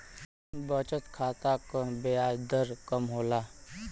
बचत खाता क ब्याज दर कम होला